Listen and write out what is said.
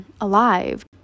alive